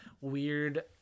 weird